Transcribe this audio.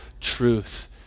truth